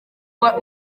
bari